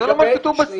זה לא מה שכתוב בסעיף.